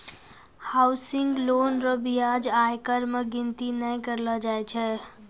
housing loan रो ब्याज आयकर मे गिनती नै करलो जाय छै